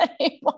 anymore